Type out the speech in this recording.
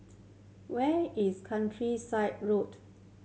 where is Countryside Road